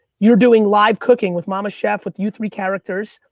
you're doing live cooking with mama chef, with you three characters,